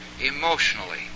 emotionally